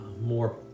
more